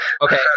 Okay